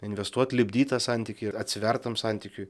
investuot lipdyt tą santykį ir atsivert tam santykiui